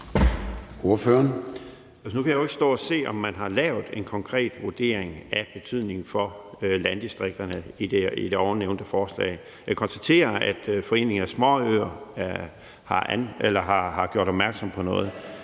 Nu kan jeg jo ikke se, om man har lavet en konkret vurdering af betydningen for landdistrikterne i den ovennævnte lov. Jeg kan konstatere, at Sammenslutningen af Danske Småøer har gjort opmærksom på noget,